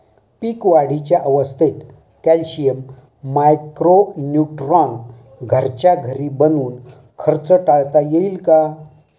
पीक वाढीच्या अवस्थेत calcium, micro neutron घरच्या घरी बनवून खर्च टाळता येईल का?